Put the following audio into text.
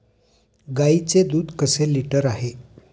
गाईचे दूध कसे लिटर आहे?